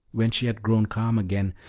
when she had grown calm again,